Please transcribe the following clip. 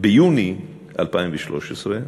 ביוני 2013,